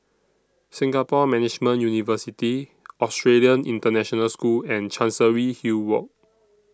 Singapore Management University Australian International School and Chancery Hill Walk